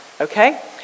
Okay